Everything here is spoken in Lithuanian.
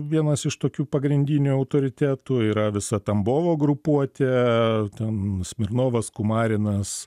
vienas iš tokių pagrindinių autoritetų yra visa tambovo grupuotė ten smirnovas kumarinas